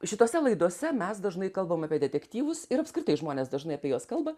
šitose laidose mes dažnai kalbam apie detektyvus ir apskritai žmonės dažnai apie juos kalba